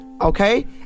Okay